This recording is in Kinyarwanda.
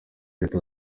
leta